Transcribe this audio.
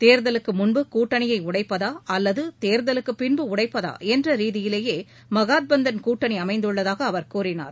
தேர்தலுக்கு முன்பு கூட்டணியை உடைப்பதா அல்லது தேர்தலுக்கு பின்பு உடைப்பதா என்ற ரீதியிலேயே மகாத்பந்தன் கூட்டணி அமைந்துள்ளதாக அவர் கூறினார்